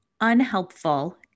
unhelpful